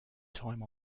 time